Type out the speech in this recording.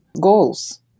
goals